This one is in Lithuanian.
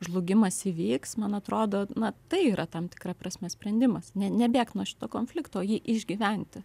žlugimas įvyks man atrodo na tai yra tam tikra prasme sprendimas ne nebėgt nuo šito konflikto jį išgyventi